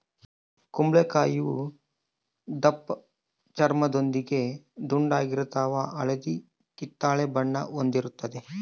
ಕುಂಬಳಕಾಯಿಯು ದಪ್ಪಚರ್ಮದೊಂದಿಗೆ ದುಂಡಾಗಿರ್ತದ ಹಳದಿ ಕಿತ್ತಳೆ ಬಣ್ಣ ಹೊಂದಿರುತದ